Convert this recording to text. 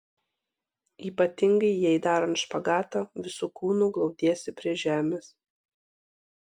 ypatingai jei darant špagatą visu kūnu glaudiesi prie žemės